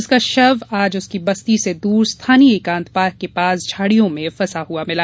उसका शव आज उसकी बस्ती से दूर स्थानीय एकांत पार्क के पास झाड़ियों में फंसा हुआ मिला